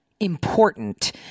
important